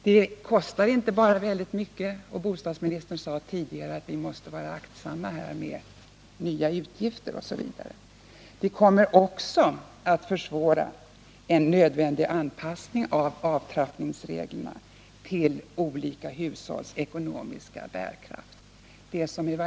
Den inte bara kostar väldigt mycket — och bostadsministern sade tidigare att vi måste vara aktsamma med nya utgifterden kommer också att försvåra en nödvändig anpassning av avtrappningsreglerna till olika hushålls ekonomiska bärkraft.